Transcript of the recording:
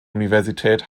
universität